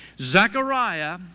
Zechariah